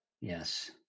yes